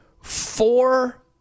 four